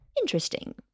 interesting